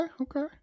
okay